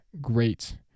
great